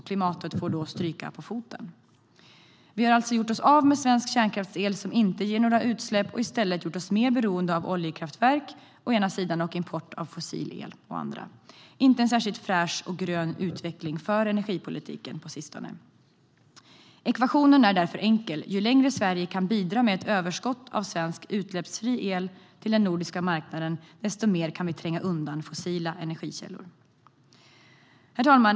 Klimatet får då stryka på foten. Vi har alltså gjort oss av med svensk kärnkraftsel som inte ger några utsläpp och i stället gjort oss mer beroende av oljekraftverk å ena sidan och import av fossil el å andra sidan. Det är inte en särskilt fräsch och grön utveckling för energipolitiken på sistone. Ekvationen är därför enkel: Ju längre Sverige kan bidra med ett överskott av svensk utsläppsfri el till den nordiska marknaden, desto mer kan vi tränga undan fossila energikällor. Herr talman!